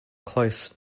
close